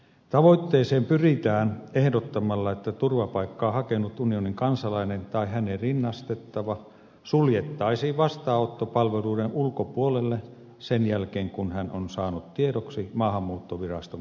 tavoitteeseen pyritään ehdottamalla että turvapaikkaa hakenut unionin kansalainen tai häneen rinnastettava suljettaisiin vastaanottopalveluiden ulkopuolelle sen jälkeen kun hän on saanut tiedoksi maahanmuuttoviraston kielteisen päätöksen